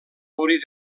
morir